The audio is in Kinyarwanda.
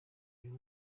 uyu